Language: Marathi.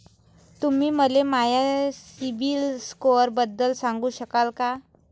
तुम्ही मले माया सीबील स्कोअरबद्दल सांगू शकाल का?